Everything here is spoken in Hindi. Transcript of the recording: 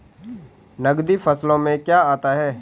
नकदी फसलों में क्या आता है?